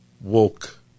Woke